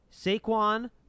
Saquon